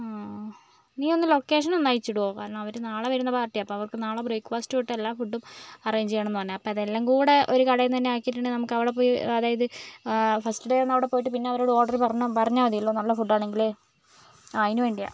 നീയൊന്ന് ലൊക്കേഷനൊന്ന് അയച്ചിടുമോ കാരണം അവർ നാളെ വരുന്ന പാർട്ടിയാ അപ്പം അവർക്ക് നാളെ ബ്രേക്ക്ഫാസ്റ്റ് തൊട്ട് എല്ലാ ഫുഡും അറേഞ്ച് ചെയ്യണം എന്ന് പറഞ്ഞ് അപ്പം അതെല്ലം കൂടെ ഒരു കടയിൽ നിന്നുതന്നെ ആക്കിയിട്ടുണ്ടെങ്കിൽ നമുക്കവിടെപ്പോയി അതായത് ഫസ്റ്റ് ഡെയ്ന് അവിടെപ്പോയിട്ട് പിന്നെ അവരോട് ഓർഡറ് പറഞ്ഞാൽ മതിയല്ലോ നല്ല ഫുഡാണെങ്കിൽ ആ അതിന് വേണ്ടിയാണ്